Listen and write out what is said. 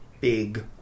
big